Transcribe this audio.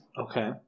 Okay